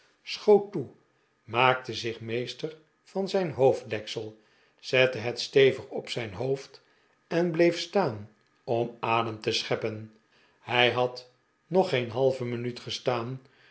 schoot toe maakte zich meesfer van zijn hoofddeksel zette het stevig op zijn hoofd en bleef staan om adem te scheppen hij had nog geen halve mirmut gestaan